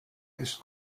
ist